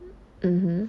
mmhmm